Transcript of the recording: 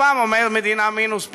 פעם אומר מדינה מינוס,